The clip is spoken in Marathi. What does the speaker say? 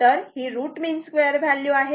तर ही रूट मीन स्क्वेअर व्हॅल्यू आहे